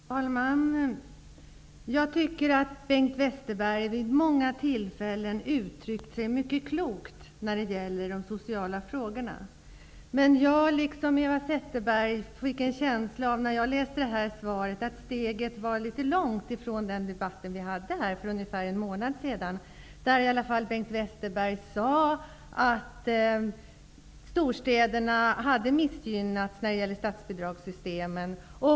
Fru talman! Jag tycker att Bengt Westerberg vid många tillfällen uttryckt sig mycket klokt i sociala frågor. Men precis som Eva Zetterberg fick också jag när jag läste svaret en känsla av att steget är litet långt till den debatt som vi hade här för ungefär en månad sedan. Då sade Bengt Westerberg att storstäderna hade missgynnats när det gäller statsbidragssystemen.